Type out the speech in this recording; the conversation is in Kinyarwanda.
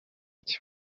icyo